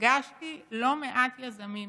פגשתי לא מעט יזמים,